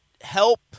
help